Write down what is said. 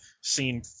seen